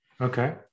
Okay